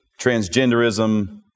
transgenderism